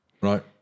Right